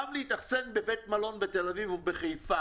גם להתאכסן בבית מלון בתל אביב או בחיפה